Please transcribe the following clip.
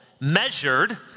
measured